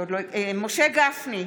משה גפני,